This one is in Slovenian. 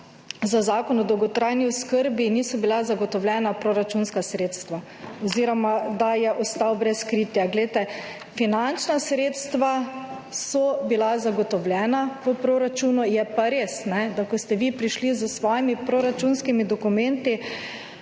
za Zakon o dolgotrajni oskrbi niso bila zagotovljena proračunska sredstva oziroma da je ostal brez kritja. Glejte, finančna sredstva so bila zagotovljena v proračunu, je pa res, da ko ste vi prišli s svojimi proračunskimi dokumenti